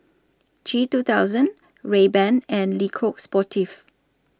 G two thousand Rayban and Le Coq Sportif